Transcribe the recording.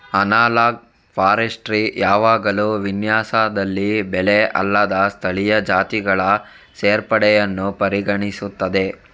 analogue forestry ಯಾವಾಗಲೂ ವಿನ್ಯಾಸದಲ್ಲಿ ಬೆಳೆ ಅಲ್ಲದ ಸ್ಥಳೀಯ ಜಾತಿಗಳ ಸೇರ್ಪಡೆಯನ್ನು ಪರಿಗಣಿಸುತ್ತದೆ